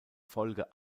folge